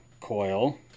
coil